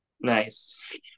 Nice